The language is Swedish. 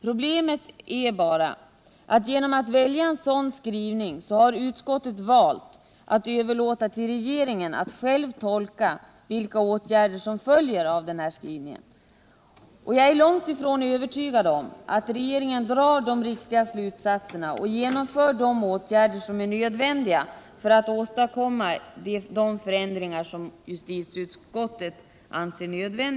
Problemet är bara att utskottet genom en sådan skrivning valt att överlåta till regeringen att själv tolka vilka åtgärder som följer av denna skrivning. Och jag är långt ifrån övertygad om att regeringen drar de riktiga slutsatserna och genomför de åtgärder som är nödvändiga för att åstadkomma de förändringar som justitieutskottet kräver.